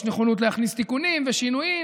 ויש נכונות להכניס תיקונים ושינויים.